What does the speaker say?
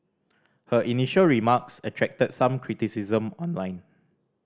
her initial remarks attracted some criticism online